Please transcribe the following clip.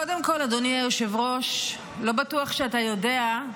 קודם כול, אדוני היושב-ראש, לא בטוח שאתה יודע,